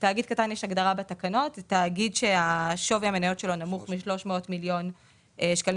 זה תאגיד ששווי המניות שלו נמוך מ-300 מיליון שקלים